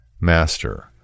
Master